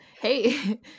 hey